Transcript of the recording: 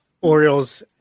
Orioles